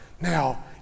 Now